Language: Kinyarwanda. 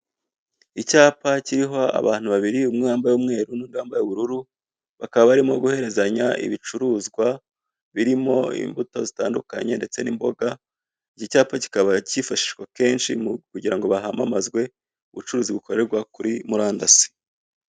Icyapa kiriho abantu babiri umwe wambaye umweru n'undi wambaye ubururu bakaba barimo guherezanya ibicuruzwa birimo imbuto zitandukanye ndetse n'imboga. Icyapa kikaba cyifashishwa kenshi mu kugira ngo hamamazwe ubucuruzi bukorerwa kuri murandasi